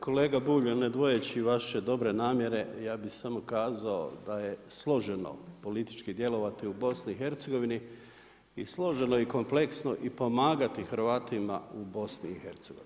Kolega Bulj, ne dvojeći vaše dobre namjere ja bi samo kazao da je složeno politički djelovati u BiH i složeno i kompleksno i pomagati Hrvatima u BiH.